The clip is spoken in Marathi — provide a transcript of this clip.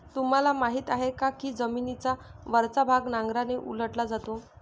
तुम्हाला माहीत आहे का की जमिनीचा वरचा भाग नांगराने उलटला जातो?